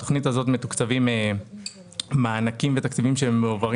בתכנית הזאת מתוקצבים מענקים ותקציבים שמועברים